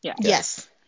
Yes